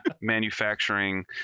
manufacturing